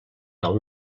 del